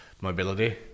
mobility